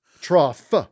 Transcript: Trough